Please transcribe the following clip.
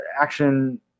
action